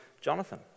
Jonathan